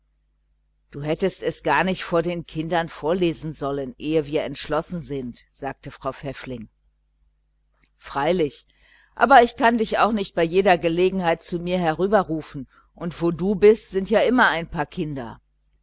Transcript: du hättest es gar nicht vor den kindern vorlesen sollen ehe wir entschlossen sind sagte frau pfäffling freilich aber ich kann dich auch nicht bei jeder gelegenheit zu mir herüberrufen und wo du bist sind immer ein paar kinder